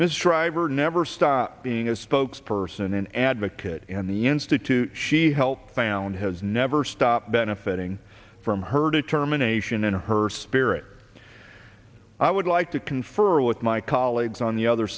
were never stopped being a spokesperson an advocate and the institute she helped found has never stopped benefiting from her determination and her spirit i would like to confer with my colleagues on the other